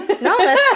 No